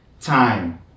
time